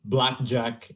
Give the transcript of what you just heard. Blackjack